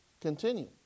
continue